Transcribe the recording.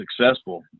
successful